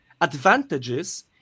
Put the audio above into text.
advantages